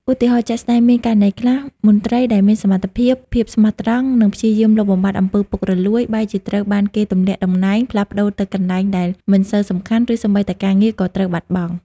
ឧទាហរណ៍ជាក់ស្ដែង មានករណីខ្លះ មន្ត្រីដែលមានសមត្ថភាព ភាពស្មោះត្រង់ និងព្យាយាមលុបបំបាត់អំពើពុករលួយ បែរជាត្រូវបានគេទម្លាក់តំណែង ផ្លាស់ប្តូរទៅកន្លែងដែលមិនសូវសំខាន់ ឬសូម្បីតែការងារក៏ត្រូវបាត់បង់។